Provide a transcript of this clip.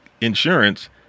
insurance